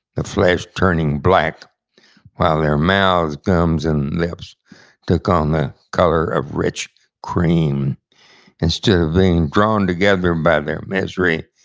the flesh turning black while their mouths, gums, and lips took on the color of rich cream instead of being drawn together by their misery,